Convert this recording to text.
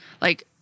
Like-